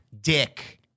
dick